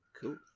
Cool